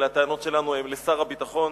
אלא הטענות שלנו הן לשר הביטחון,